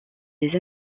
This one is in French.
des